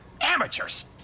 Amateurs